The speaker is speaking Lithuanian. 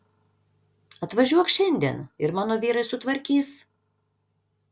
atvažiuok šiandien ir mano vyrai sutvarkys